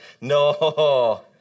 no